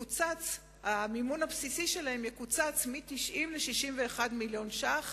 והמימון הבסיסי שלהם יקוצץ מ-90 ל-61 מיליון שקלים,